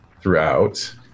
throughout